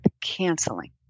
canceling